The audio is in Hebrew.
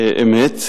אמת,